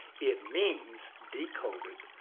it means, decoded.